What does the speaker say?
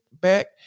back